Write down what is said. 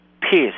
peace